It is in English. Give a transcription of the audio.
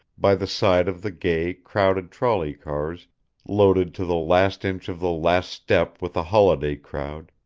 by the side of the gay, crowded trolley-cars loaded to the last inch of the last step with a holiday crowd,